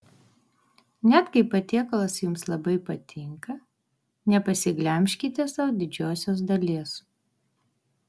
net kai patiekalas jums labai patinka nepasiglemžkite sau didžiosios dalies